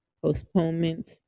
postponement